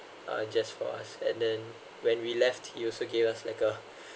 uh just for us and then when we left he also gave us like a